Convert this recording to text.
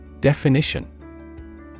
Definition